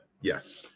Yes